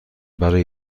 برای